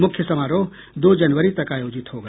मुख्य समारोह दो जनवरी तक आयोजित होगा